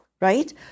right